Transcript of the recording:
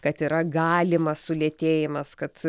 kad yra galimas sulėtėjimas kad